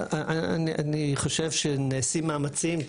אני חושב שנעשים מאמצים.